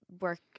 work